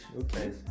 Okay